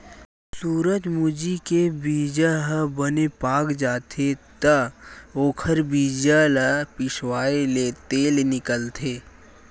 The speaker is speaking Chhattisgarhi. सूरजमूजी के बीजा ह बने पाक जाथे त ओखर बीजा ल पिसवाएले तेल निकलथे